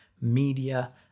media